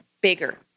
bigger